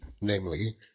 namely